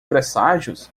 presságios